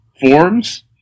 forms